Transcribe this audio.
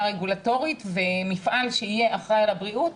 רגולטורית ומפעל שיהיה אחראי על הבריאות,